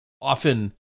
often